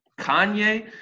Kanye